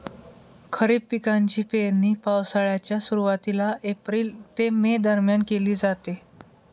खरीप पिकांची पेरणी पावसाळ्याच्या सुरुवातीला एप्रिल ते मे दरम्यान केली जाते